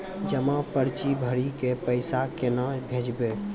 जमा पर्ची भरी के पैसा केना भेजबे?